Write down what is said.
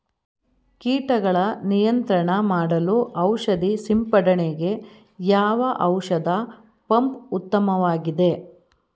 ಕೀಟಗಳ ನಿಯಂತ್ರಣ ಮಾಡಲು ಔಷಧಿ ಸಿಂಪಡಣೆಗೆ ಯಾವ ಔಷಧ ಪಂಪ್ ಉತ್ತಮವಾಗಿದೆ?